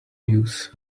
use